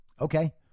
Okay